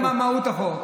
מעניין מה מהות החוק.